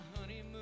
honeymoon